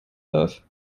darf